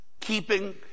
Keeping